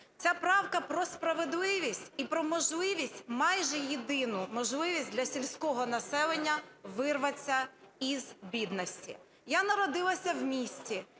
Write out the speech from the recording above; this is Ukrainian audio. Ця правка про справедливість і про можливість, майже єдину можливість для сільського населення вирватися із бідності. Я народилася в місті,